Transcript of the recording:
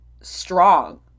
strong